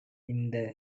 இந்த